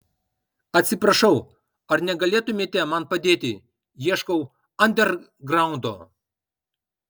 atsiprašau ar negalėtumėte man padėti ieškau andergraundo